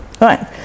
Right